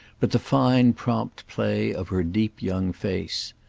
but the fine prompt play of her deep young face.